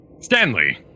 Stanley